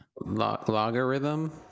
logarithm